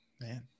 Man